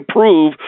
prove